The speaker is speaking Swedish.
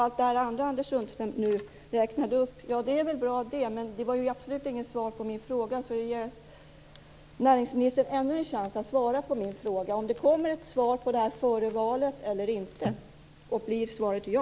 Allt det andra Anders Sundström räknade upp är väl bra, men det var absolut inget svar på min fråga. Jag ger näringsministern ännu en chans att svara på min fråga. Kommer det ett svar på frågan om moratoriet före valet eller inte? Blir svaret ja?